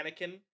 Anakin